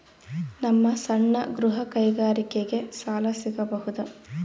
ನಮ್ಮ ಸಣ್ಣ ಗೃಹ ಕೈಗಾರಿಕೆಗೆ ಸಾಲ ಸಿಗಬಹುದಾ?